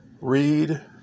Read